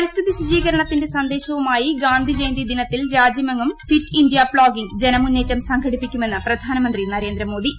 പരിസര ശുചീകരണത്തിന്റെ സന്ദേശവുമായി ഗാന്ധിജയന്തി ദിനത്തിൽ രാജ്യമെങ്ങും ഫിറ്റ് ഇന്ത്യാ പ്ളോഗിംങ് ജനമുന്നേറ്റം സംഘടിപ്പിക്കുമെന്ന് പ്രധാനമന്ത്രി നര്മേന്ദ്രമോദി